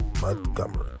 Montgomery